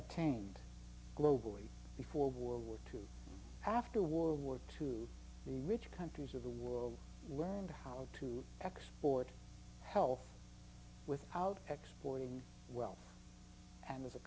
attained globally before world war two after world war two the rich countries of the world learned how to export health with out exploiting wealth and as a